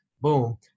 Boom